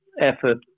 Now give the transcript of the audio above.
effort